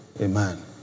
Amen